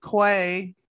Quay